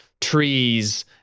trees